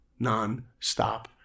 nonstop